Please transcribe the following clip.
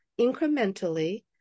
incrementally